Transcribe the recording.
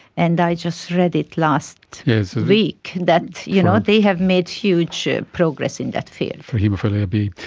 and i just read it last week that you know they have made huge progress in that field. for haemophilia b.